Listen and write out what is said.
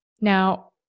Now